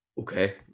Okay